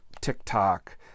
TikTok